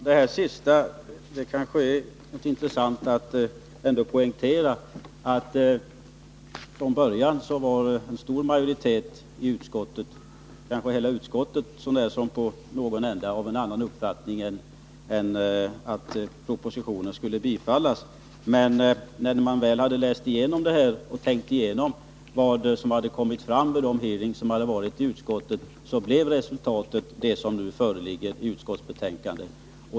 Herr talman! Det kanske kan vara intressant att poängtera att en stor majoritet i utskottet — kanske hela utskottet så när som på någon enda ledamot —från början var av en annan uppfattning än att propositionen borde bifallas, men när man väl hade läst igenom handlingarna och tänkt igenom vad som kommit fram vid de hearings som förekommit i utskottet blev resultatet det som nu föreligger i utskottsbetänkandet.